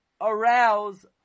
arouse